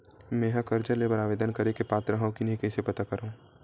मेंहा कर्जा ले बर आवेदन करे के पात्र हव की नहीं कइसे पता करव?